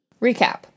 Recap